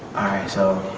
alright so,